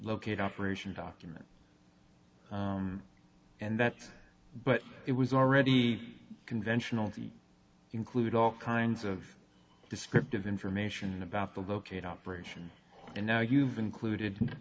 locate operation document and that but it was already conventional include all kinds of descriptive information about the locate operation and now you've included